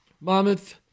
Monmouth